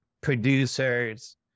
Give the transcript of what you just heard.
producers